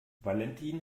valentin